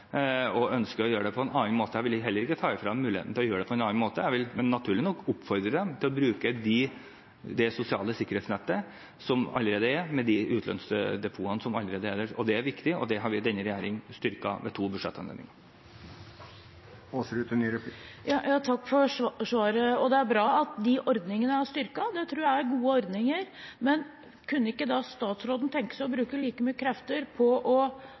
på en annen måte. Jeg vil heller ikke ta fra dem mulighetene til å gjøre det. Jeg vil naturlig nok oppfordre dem til å bruke det sosiale sikkerhetsnettet med de utlånsdepotene som allerede er der. Det er viktig, og dette har denne regjeringen styrket ved to budsjettanledninger. Takk for svaret. Det er bra at de ordningene er styrket. Det tror jeg er gode ordninger. Men kunne ikke statsråden tenke seg å bruke like mye krefter på å